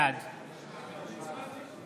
בעד